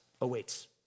awaits